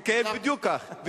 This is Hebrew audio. בדיוק כך.